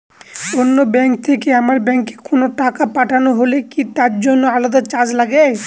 অন্য ব্যাংক থেকে আমার ব্যাংকে কোনো টাকা পাঠানো হলে কি তার জন্য আলাদা চার্জ লাগে?